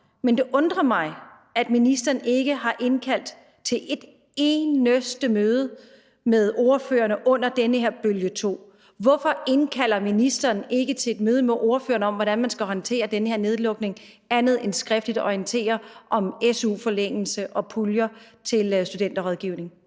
men det undrer mig, at ministeren ikke har indkaldt til et eneste møde med ordførerne under den her bølge to. Hvorfor indkalder ministeren ikke til et møde med ordførerne om, hvordan man skal håndtere den her nedlukning, andet end skriftligt at orientere om su-forlængelse og puljer til studenterrådgivning?